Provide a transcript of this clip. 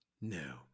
No